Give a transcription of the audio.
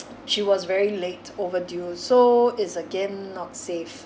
she was very late overdue so it's again not safe